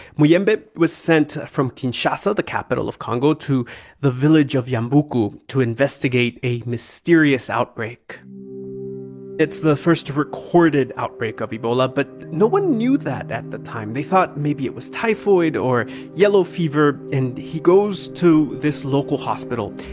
muyembe was sent from kinshasa, the capital of congo, to the village of yambuku to investigate a mysterious outbreak it's the first recorded outbreak of ebola, but no one knew that at the time. they thought maybe it was typhoid or yellow fever. and he goes to this local hospital,